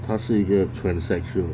她是一个 transexual